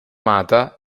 amata